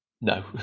No